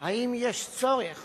אם יש צורך